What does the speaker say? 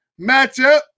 matchup